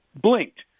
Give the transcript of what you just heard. blinked